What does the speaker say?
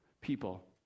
people